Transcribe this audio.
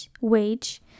wage